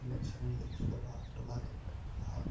ᱮᱱᱮᱡ ᱥᱮᱨᱮᱧ ᱞᱮ ᱪᱮᱫᱚᱜᱼᱟ ᱴᱚᱞᱟ ᱨᱮ ᱟᱨ